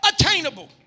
attainable